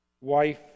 wife